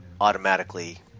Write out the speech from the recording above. automatically